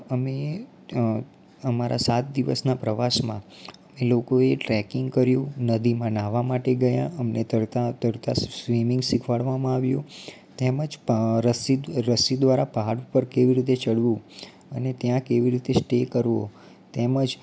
અમે અમારાં સાત દિવસના પ્રવાસમાં લોકોએ ટ્રેકિંગ કર્યું નદીમાં નાહવા માટે ગયાં અમને તરતાં તરતાં સ્વિમિંગ શીખવાડવામાં આવ્યું તેમજ પહા રસ્સી રસ્સી દ્વારા પહાડ પર કેવી રીતે ચઢવું અને ત્યાં કેવી રીતે સ્ટે કરવો તેમજ